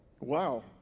Wow